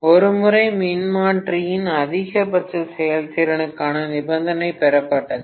ஒரு மின்மாற்றியின் அதிகபட்ச செயல்திறனுக்கான நிபந்தனை பெறப்பட்டது